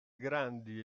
grandi